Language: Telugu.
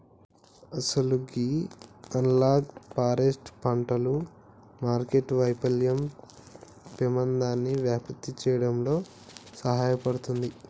అసలు గీ అనలాగ్ ఫారెస్ట్ పంటలు మార్కెట్టు వైఫల్యం పెమాదాన్ని వ్యాప్తి సేయడంలో సహాయపడుతుంది